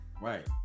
right